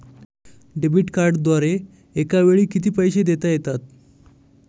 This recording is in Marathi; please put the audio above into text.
डेबिट कार्डद्वारे एकावेळी किती पैसे देता येतात?